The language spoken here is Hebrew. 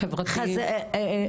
חברתיים.